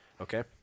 Okay